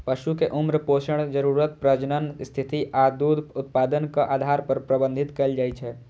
पशु कें उम्र, पोषण जरूरत, प्रजनन स्थिति आ दूध उत्पादनक आधार पर प्रबंधित कैल जाइ छै